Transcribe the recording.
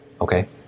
Okay